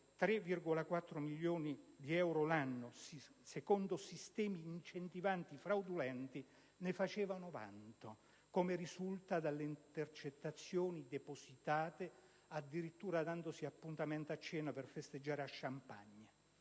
3,4 milioni di euro l'anno secondo sistemi incentivanti fraudolenti, ne facevano vanto, come risulta dalle intercettazioni depositate, addirittura dandosi appuntamento a cena per festeggiare a *champagne*,